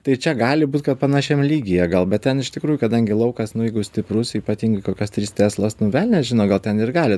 tai čia gali būt kad panašiam lygyje gal bet ten iš tikrųjų kadangi laukas nu jeigu stiprus ypatingai kokios trys teslos nu velnias žino gal ten ir gali